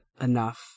enough